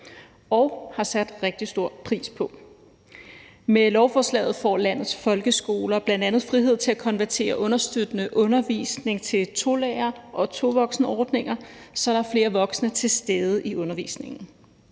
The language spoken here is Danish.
de har sat rigtig stor pris på. Med lovforslaget får landets folkeskoler bl.a. frihed til at konvertere understøttende undervisning til tolærer- og tovoksenordninger, så der er flere voksne til stede i undervisningen.